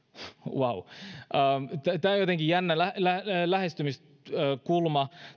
vau tämä on jotenkin jännä lähestymiskulma